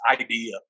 idea